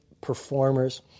performers